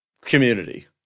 community